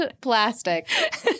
plastic